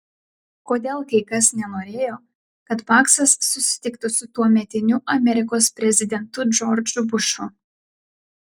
kodėl kai kas nenorėjo kad paksas susitiktų su tuometiniu amerikos prezidentu džordžu bušu